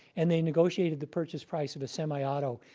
and they negotiated the purchase price of a semi-auto.